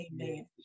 amen